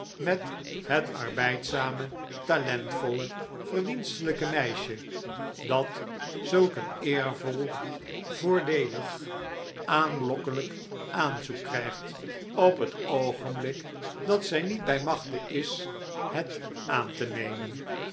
met het arbeidzame talentvolle verdienstelijke meisje dat zulk een eervol voordeelig aanlokkelijk aanzoek krijgt op het oogenblik dat zij niet bij machte is het aan te nemen